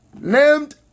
named